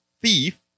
thief